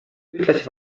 ühtlasi